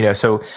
yeah so,